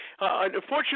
unfortunately